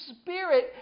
Spirit